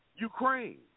Ukraine